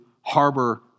harbor